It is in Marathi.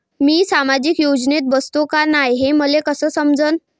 मी सामाजिक योजनेत बसतो का नाय, हे मले कस समजन?